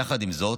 יחד עם זאת,